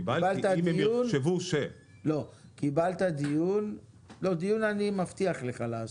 קיבלת דיון, לא, דיון אני מבטיח לך לעשות,